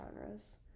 genres